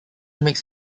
makes